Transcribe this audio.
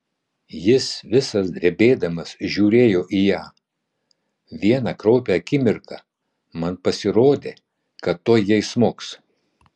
jis visas drebėdamas žiūrėjo į ją vieną kraupią akimirką man pasirodė kad tuoj jai smogs